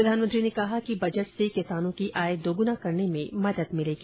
प्रधानमंत्री ने कहा कि बजट से किसानों की आय दोगुना करने में मदद मिलेगी